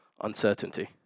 uncertainty